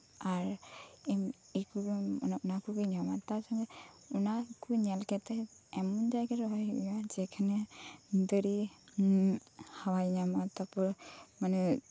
ᱟᱨ ᱤᱠᱨᱩᱱ ᱚᱱᱟ ᱠᱩᱜᱤᱭ ᱡᱚᱢᱟ ᱛᱟᱪᱷᱟᱲᱟ ᱚᱱᱟᱠᱩ ᱧᱮᱞ ᱠᱟᱛᱮᱜ ᱮᱢᱚᱱ ᱡᱟᱭᱜᱟᱨᱮ ᱨᱚᱦᱚᱭ ᱦᱩᱭᱩᱜᱼᱟ ᱡᱮᱠᱷᱟᱱᱮ ᱫᱟᱹᱨᱤ ᱦᱟᱣᱟᱭ ᱧᱟᱢ ᱢᱟ ᱛᱟᱯᱚᱨ ᱢᱟᱱᱮ